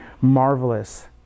marvelous